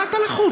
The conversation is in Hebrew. מה אתה לחוץ?